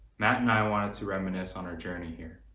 matt and i wanted to reminisce on our journey here